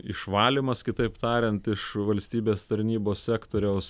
išvalymas kitaip tariant iš valstybės tarnybos sektoriaus